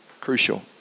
crucial